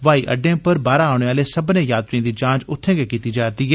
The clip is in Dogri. ब्हाई अड्डें उप्पर बाहरा औने आह्ले सब्मनें यात्रिएं दी जांच उत्थै गै कीती जा करदी ऐ